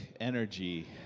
energy